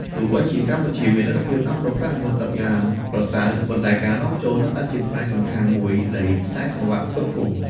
ទោះបីជាកម្ពុជាមានលទ្ធភាពដាំដុះផ្លែអម្ពិលទឹកយ៉ាងប្រសើរ ប៉ុន្តែការនាំចូលនៅតែជាផ្នែកសំខាន់មួយនៃខ្សែសង្វាក់ផ្គត់ផ្គង់។